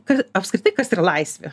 kad apskritai kas yra laisvė